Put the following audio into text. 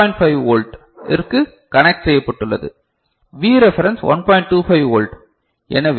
5 volt இற்கு connect செய்யப்பட்டுள்ளது V reference 1